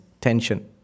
tension